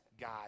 God